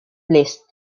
list